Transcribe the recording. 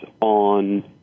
on